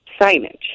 signage